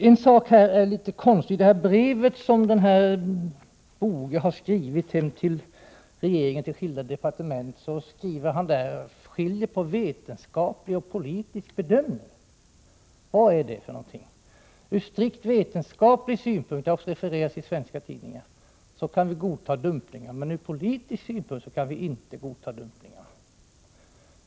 En sak som är litet konstig är att Ragnar Boge i det brev han skrivit till skilda departement inom regeringen skiljer på vetenskaplig och politisk bedömning. Vad menas med detta? Som det har refererats i svenska tidningar kan vi enligt Boge godta dumpningar från strikt vetenskaplig synpunkt, men inte från politisk synpunkt.